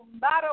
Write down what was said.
matter